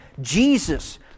Jesus